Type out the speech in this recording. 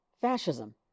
Fascism